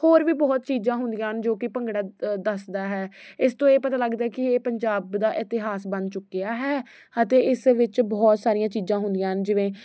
ਹੋਰ ਵੀ ਬਹੁਤ ਚੀਜ਼ਾਂ ਹੁੰਦੀਆਂ ਹਨ ਜੋ ਕਿ ਭੰਗੜਾ ਦੱਸਦਾ ਹੈ ਇਸ ਤੋਂ ਇਹ ਪਤਾ ਲੱਗਦਾ ਕਿ ਇਹ ਪੰਜਾਬ ਦਾ ਇਤਿਹਾਸ ਬਣ ਚੁੱਕਿਆ ਹੈ ਅਤੇ ਇਸ ਵਿੱਚ ਬਹੁਤ ਸਾਰੀਆਂ ਚੀਜ਼ਾਂ ਹੁੰਦੀਆਂ ਹਨ ਜਿਵੇਂ